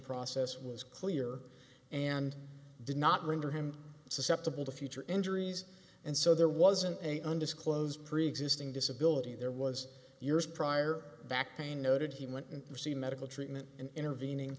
process was clear and did not render him susceptible to future injuries and so there wasn't an undisclosed preexisting disability there was years prior back pain noted he went and received medical treatment and intervening